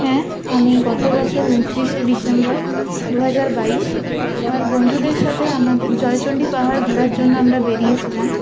হ্যাঁ আমি গত বছর ঊনত্রিশে ডিসেম্বর দুহাজার বাইশ আমার বন্ধুদের সাথে আমাদের জয়চণ্ডী পাহাড় ঘোরার জন্য আমরা বেরিয়েছিলাম